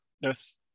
Yes